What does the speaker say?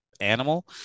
animal